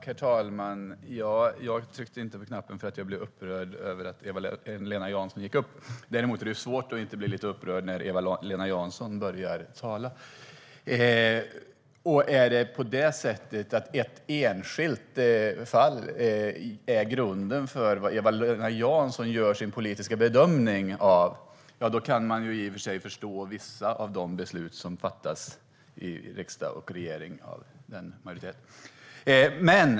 Herr talman! Jag begärde inte ordet för att jag blev upprörd över att Eva-Lena Jansson gick upp i debatten. Däremot är det svårt att inte bli upprörd när Eva-Lena Jansson börjar tala. Om det är ett enskilt fall som är grunden för hur Eva-Lena Jansson gör sin politiska bedömning kan man i och för sig förstå vissa av de beslut som fattas av majoriteten.